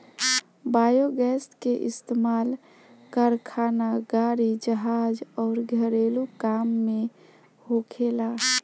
biogas के इस्तमाल कारखाना, गाड़ी, जहाज अउर घरेलु काम में होखेला